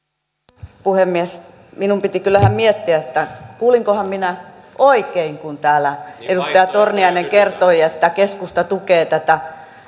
arvoisa puhemies minun piti kyllä ihan miettiä että kuulinkohan minä oikein kun täällä edustaja torniainen kertoi että keskusta tukee tätä